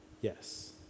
yes